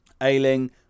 ailing